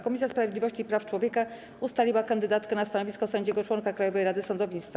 Komisja Sprawiedliwości i Praw Człowieka ustaliła kandydatkę na stanowisko sędziego-członka Krajowej Rady Sądownictwa.